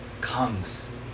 comes